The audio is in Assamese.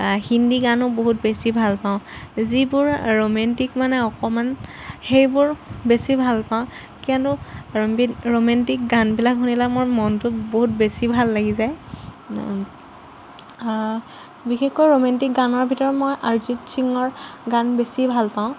হিন্দী গানো বহুত বেছি ভাল পাওঁ যিবোৰ ৰোমেণ্টিক মানে অকণমান সেইবোৰ বেছি ভাল পাওঁ কিয়নো ৰণবী ৰোমেণ্টিক গানবিলাক শুনিলে মোৰ মনটো বহুত বেছি ভাল লাগি যায় বিশেষকৈ ৰোমেণ্টিক গানৰ ভিতৰত মই অৰিজিত সিঙৰ গান বেছি ভাল পাওঁ